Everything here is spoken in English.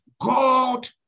God